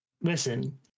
Listen